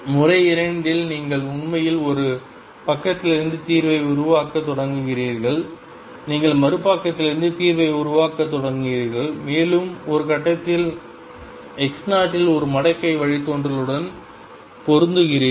முறை 2 இல் நீங்கள் உண்மையில் ஒரு பக்கத்திலிருந்து தீர்வை உருவாக்கத் தொடங்குகிறீர்கள் நீங்கள் மறுபக்கத்திலிருந்து தீர்வை உருவாக்கத் தொடங்குகிறீர்கள் மேலும் ஒரு கட்டத்தில் x0 இல் ஒரு மடக்கை வழித்தோன்றலுடன் பொருந்துகிறீர்கள்